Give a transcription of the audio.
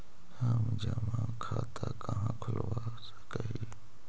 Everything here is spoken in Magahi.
हम जमा खाता कहाँ खुलवा सक ही?